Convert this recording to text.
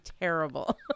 terrible